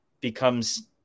becomes